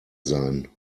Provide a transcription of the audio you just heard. sein